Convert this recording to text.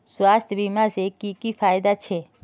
स्वास्थ्य बीमा से की की फायदा छे?